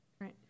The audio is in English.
Right